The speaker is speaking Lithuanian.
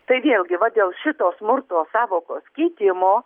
tai vėlgi va dėl šito smurto sąvokos keitimo